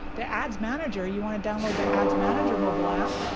the ads manager, you want to download the ads manager mobile um